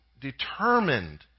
determined